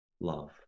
love